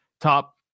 top